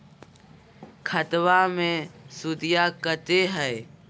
खतबा मे सुदीया कते हय?